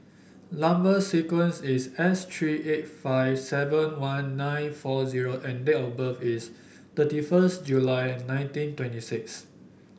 number sequence is S three eight five seven one nine four zero and date of birth is thirty first July nineteen twenty six